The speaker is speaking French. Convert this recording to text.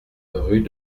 rue